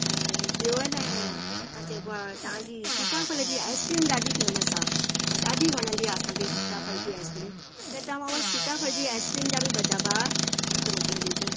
ऐं ॿियों आहे न छा चइबो आहे तव्हांजी सीताफल जी आइसक्रीम ॾाढी फेमस आहे ऐं ॾाढी वणंदी आहे असांखे सीताफल जी आइसक्रीम त तव्हां उहा सीताफल जी आइसक्रीम जा बि ॿ दॿा मूंखे मोकिले ॾिजो